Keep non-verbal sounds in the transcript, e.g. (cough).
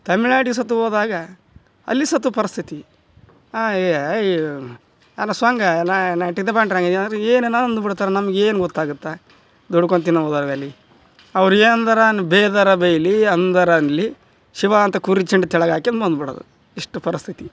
ತಮಿಳ್ನಾಡಿಗೆ ಸತ ಹೋದಾಗ ಅಲ್ಲಿ ಸತು ಪರಿಸ್ಥಿತಿ ಅಯ್ಯೋ (unintelligible) ಅದು ಏನೇನೋ ಅಂದು ಬಿಡ್ತಾರೆ ನಮ್ಗೆ ಏನು ಗೊತ್ತಾಗತ್ತೆ ದುಡ್ಕೊಂಡ್ ತಿನ್ನೋ ಹೋದಾಗಲ್ಲಿ ಅವ್ರು ಏನು ಅಂದರು ಬೈದರೆ ಬಯ್ಯಲಿ ಅಂದರೆ ಅನ್ನಲಿ ಶಿವ ಅಂತ ಕುರ್ಚಂಡ್ ಕೆಳಗೆ ಹಾಕ್ಯಂದ್ ಬಂದು ಬಿಡೋದು ಇಷ್ಟು ಪರಿಸ್ಥಿತಿ